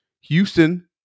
Houston